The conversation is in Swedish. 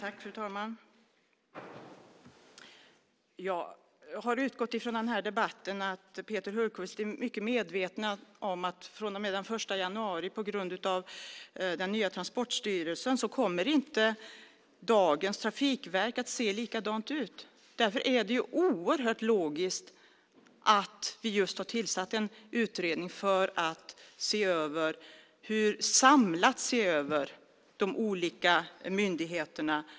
Fru talman! Jag har i den här debatten utgått från att Peter Hultqvist är mycket medveten om att på grund av den nya Transportstyrelsen från den 1 januari kommer inte dagens trafikverk att se likadana ut. Det är därför oerhört logiskt att vi just har tillsatt en utredning för att samlat se över de olika myndigheterna.